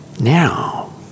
Now